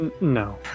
No